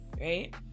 right